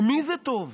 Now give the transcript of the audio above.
למי זה טוב?